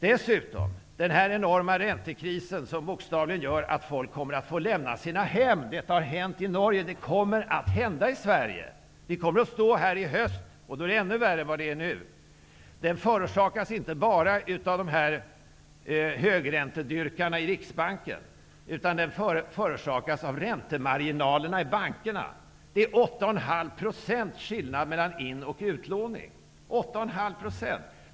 Dessutom gör den här enorma räntekrisen att folk bokstavligen kommer att få lämna sina hem -- detta har hänt i Norge och kommer att hända i Sverige. Vi kommer att stå här i höst, och då är det ännu värre än nu. Detta förorsakas inte bara av högräntedyrkarna i Riksbanken, utan det förorsakas av räntemarginalerna i bankerna. Det är en skillnad på 8,5 % mellan in och utlåningsräntorna.